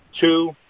two